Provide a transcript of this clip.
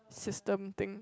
system thing